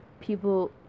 people